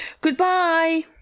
goodbye